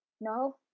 No